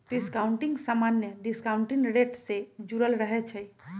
discounting समान्य discounting rate से जुरल रहै छइ